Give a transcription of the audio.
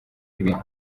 ibintu